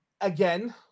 again